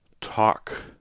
talk